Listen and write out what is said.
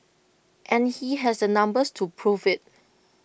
and he has the numbers to prove IT